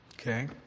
Okay